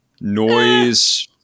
Noise